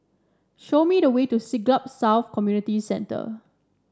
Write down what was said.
show me the way to Siglap South Community Centre